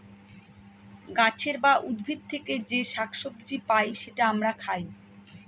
গাছের বা উদ্ভিদ থেকে যে শাক সবজি পাই সেটা আমরা খাই